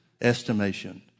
estimation